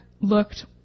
looked